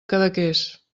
cadaqués